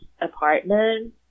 apartment